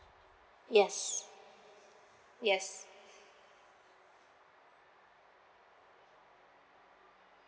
yes yes